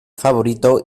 favorito